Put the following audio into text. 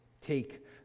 take